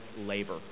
labor